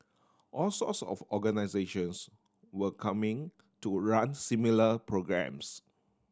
all sorts of organisations were coming to run similar programmes